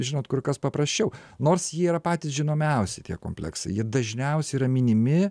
žinot kur kas paprasčiau nors jie yra patys žinomiausi tie kompleksai jie dažniausiai yra minimi